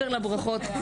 מעבר לברכות,